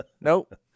nope